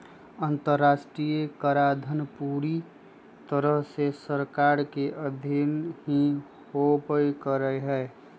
अन्तर्राष्ट्रीय कराधान पूरी तरह से सरकार के अधीन ही होवल करा हई